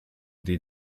die